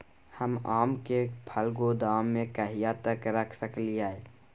हम आम के फल गोदाम में कहिया तक रख सकलियै?